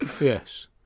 yes